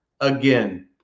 again